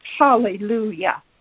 Hallelujah